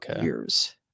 years